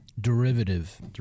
Derivative